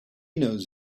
knows